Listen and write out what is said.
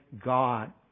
God